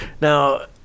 now